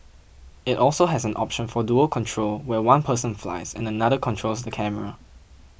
it also has an option for dual control where one person flies and another controls the camera